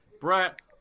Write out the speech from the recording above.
Brett